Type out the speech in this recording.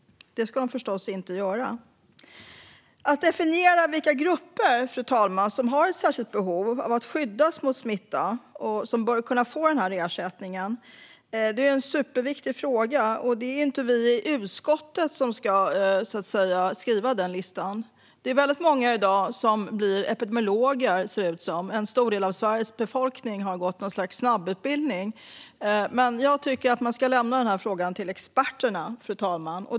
Det ska de förstås inte göra. Fru talman! Att definiera vilka grupper som har ett särskilt behov av att skyddas mot smitta och som bör kunna få denna ersättning är en superviktig fråga. Det är inte vi i utskottet som så att säga ska skriva denna lista. Det ser i dag ut som att väldigt många blir epidemiologer. En stor del av Sveriges befolkning har gått något slags snabbutbildning. Men jag tycker att man ska lämna över denna fråga till experterna.